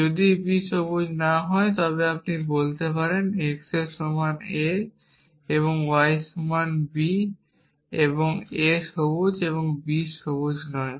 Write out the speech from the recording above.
যদি b সবুজ না হয় তবে আপনি বলতে পারেন x সমান a এবং y সমান b এবং a সবুজ এবং b সবুজ নয়